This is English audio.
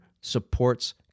supports